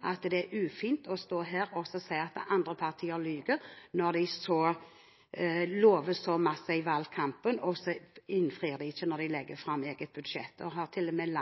andre partier lyver når de lover så mye i valgkampen, og de ikke innfrir når de legger fram eget budsjett. De har til og med